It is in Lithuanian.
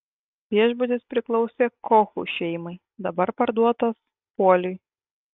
viešbutis priklausė kochų šeimai dabar parduotas puoliui